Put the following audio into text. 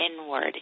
inward